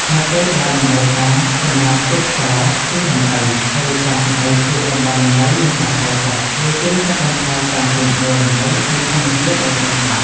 នៅពេលដែលតម្រូវការសម្រាប់ទេសចរណ៍ ជិះដំរី ឬការសម្តែងសៀករបស់ដំរីមានការថយចុះ វាជួយកាត់បន្ថយការជួញដូរដំរីពីធម្មជាតិដោយខុសច្បាប់។